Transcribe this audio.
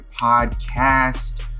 podcast